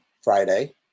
Friday